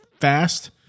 fast –